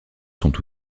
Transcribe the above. sont